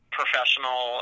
professional